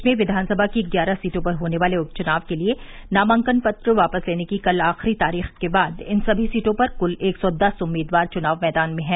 प्रदेश में विधानसभा की ग्यारह सीटों पर होने वाले उप चुनाव के लिये नामांकन पत्र वापस लेने की कल आख़िरी तारीख के बाद इन सभी सीटों पर कुल एक सौ दस उम्मीदवार चुनाव मैदान में हैं